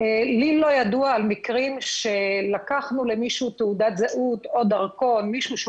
לי לא ידוע על מקרים שלקחנו למישהו תעודת זהות או דרכון ממישהו שהוא